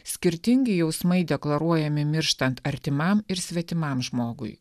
skirtingi jausmai deklaruojami mirštant artimam ir svetimam žmogui